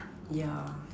yeah